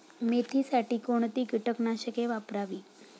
मेथीसाठी कोणती कीटकनाशके वापरावी?